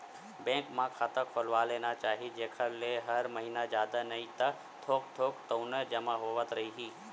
bank म खाता खोलवा लेना चाही जेखर ले हर महिना जादा नइ ता थोक थोक तउनो जमा होवत रइही